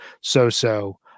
so-so